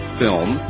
film